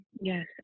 Yes